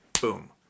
boom